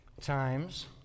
Times